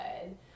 good